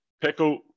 Pickle